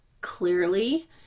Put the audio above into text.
clearly